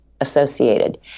associated